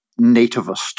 nativist